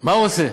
מה הוא עושה?